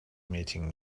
meeting